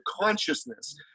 consciousness